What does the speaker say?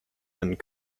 and